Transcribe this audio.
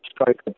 strike